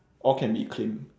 all can be claimed